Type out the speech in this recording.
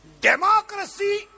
democracy